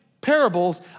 parables